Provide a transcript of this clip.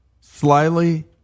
slyly